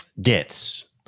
deaths